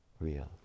real